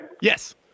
Yes